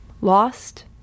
lost